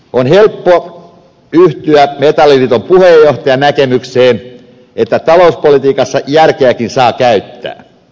on helppoa yhtyä metalliliiton puheenjohtajan näkemykseen että talouspolitiikassa järkeäkin saa käyttää